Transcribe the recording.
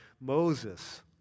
Moses